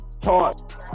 taught